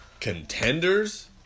contenders